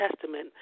Testament